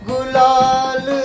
Gulal